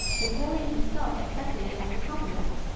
napoleon himself accepted it as a compliment.